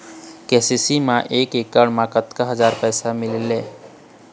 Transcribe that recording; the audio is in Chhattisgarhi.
के.सी.सी मा एकड़ मा कतक हजार पैसा मिलेल?